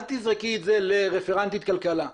אל תזרקי את זה לרפרנטית כלכלה.